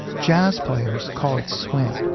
jazz players call it swing.